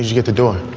get to do it.